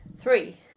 Three